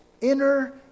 inner